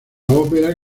ópera